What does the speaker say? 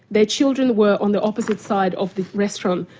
their children were on the opposite side of the restaurant.